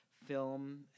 Film